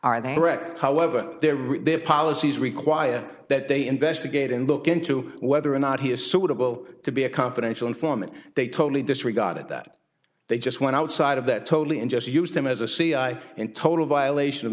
are they broke however their policies require that they investigate and look into whether or not he is suitable to be a confidential informant they totally disregarded that they just went outside of that totally and just used him as a cia in total violation of